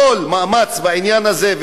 כל מאמץ בעניין הזה,